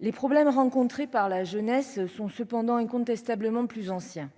Les problèmes rencontrés par la jeunesse sont cependant incontestablement plus anciens.